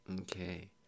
Okay